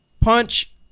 punch